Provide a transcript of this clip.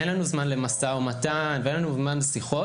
אין לנו זמן למשא ומתן ואין לנו זמן לשיחות.